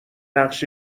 نقش